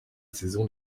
saison